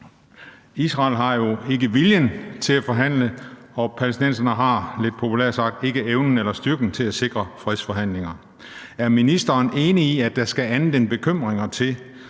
Israel har jo ikke viljen til at forhandle, og palæstinenserne har lidt populært sagt ikke evnen eller styrken til at sikre fredsforhandlinger. Er ministeren enig i, at der skal andet end bekymringer til,